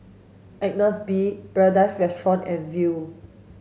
Agnes B Paradise Restaurant and Viu